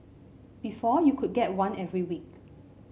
before you could get one every week